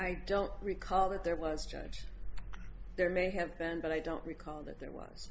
i don't recall that there was a judge there may have been but i don't recall that there was